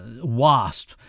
Wasp